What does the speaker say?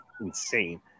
insane